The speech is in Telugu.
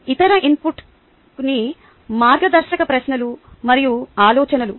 ఇతర ఇన్పుట్ కొన్ని మార్గదర్శక ప్రశ్నలు మరియు ఆలోచనలు